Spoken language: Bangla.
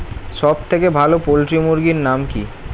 সবথেকে ভালো পোল্ট্রি মুরগির নাম কি?